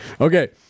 Okay